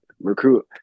recruit